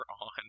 on